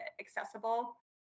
accessible